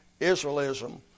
Israelism